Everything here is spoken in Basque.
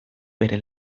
bere